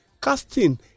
casting